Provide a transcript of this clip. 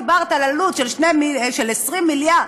קודם דיברת על עלות של 20 מיליארד,